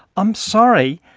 i'm sorry,